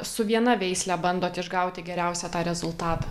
su viena veisle bandot išgauti geriausią tą rezultatą